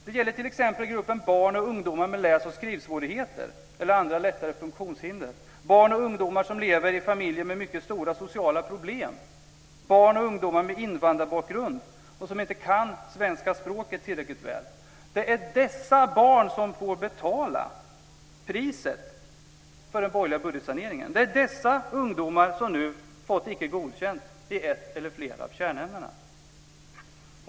Det gäller t.ex. gruppen barn och ungdomar med läs och skrivsvårigheter eller andra lättare funktionshinder, barn och ungdomar som lever i familjer med mycket stora sociala problem och barn och ungdomar med invandrarbakgrund som inte kan svenska språket tillräckligt väl. Det är dessa barn som får betala priset för den borgerliga budgetsaneringen. Det är dessa ungdomar som nu fått icke godkänt i ett eller flera av kärnämnena.